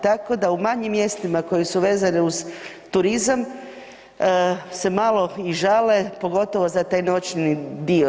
Tako da u manjim mjestima koji su vezani uz turizam se malo i žale pogotovo za taj noćni dio.